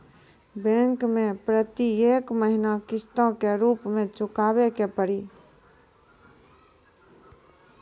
Bank मैं प्रेतियेक महीना किस्तो के रूप मे चुकाबै के पड़ी?